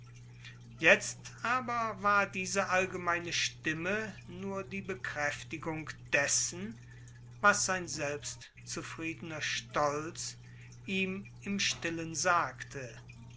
jetzt aber war diese allgemeine stimme nur die bekräftigung dessen was sein selbstzufriedener stolz ihm im stillen sagte